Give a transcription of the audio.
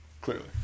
Clearly